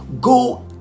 go